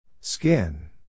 Skin